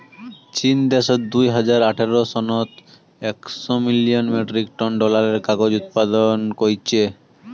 চীন দ্যাশত দুই হাজার আঠারো সনত একশ মিলিয়ন মেট্রিক টন ডলারের কাগজ উৎপাদন কইচ্চে